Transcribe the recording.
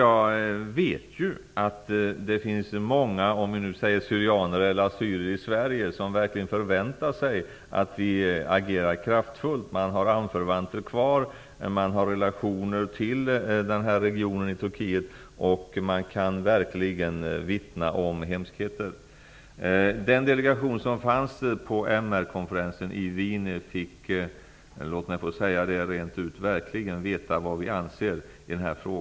Jag vet att det finns många syrianer eller assyrier i Sverige som verkligen förväntar sig att vi agerar kraftfullt. De har anförvanter kvar i Turkiet. De har relationer till den här regionen, och de kan vittna om hemskheter. konferensen i Wien fick verkligen veta vad vi anser i den här frågan -- låt mig få säga det rent ut.